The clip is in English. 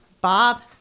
Bob